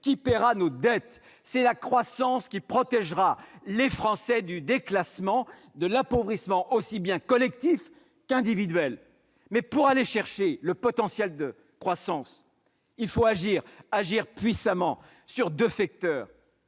qui paiera nos dettes et qui protégera les Français du déclassement et de l'appauvrissement, aussi bien collectifs qu'individuels. Pour aller chercher le potentiel de croissance, il faut toutefois agir puissamment sur deux facteurs